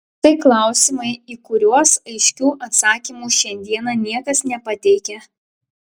tai klausimai į kuriuos aiškių atsakymų šiandieną niekas nepateikia